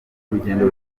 urugendo